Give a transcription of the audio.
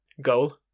Goal